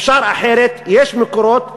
אפשר אחרת, יש מקורות.